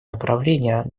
направление